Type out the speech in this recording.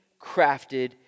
crafted